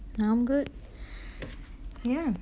I'm good yeah